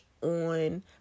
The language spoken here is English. on